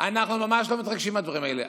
אנחנו ממש לא מתרגשים מהדברים האלה.